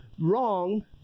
wrong